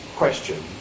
question